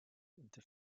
into